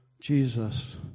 Jesus